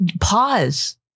pause